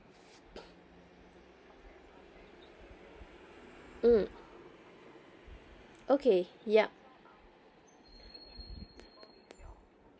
mm okay ya